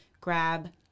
grab